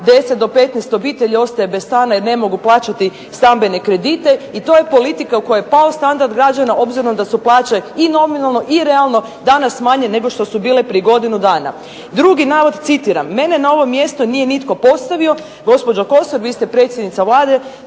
10 do 15 obitelji ostaje bez stana jer ne mogu plaćati stambene kredite i to je politika u kojoj je pao standard građana obzirom da su plaće i nominalno i realno danas manje nego što su bile prije godinu dana. Drugi navod, citiram: "Mene na ovo mjesto nije nitko postavio." Gospođo Kosor vi ste predsjednica Vlade